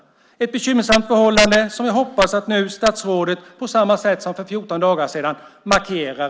Det är ett bekymmersamt förhållande som jag hoppas att statsrådet nu på samma sätt som för 14 dagar sedan markerar.